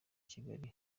kigali